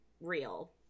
real